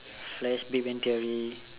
flash big Bang theory